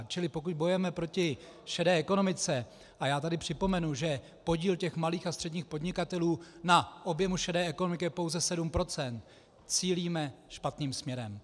Čili pokud bojujeme proti šedé ekonomice, a já tady připomenu, že podíl těch malých a středních podnikatelů na objemu šedé ekonomiky je pouze 7 %, cílíme špatným směrem.